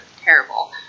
terrible